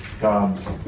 God's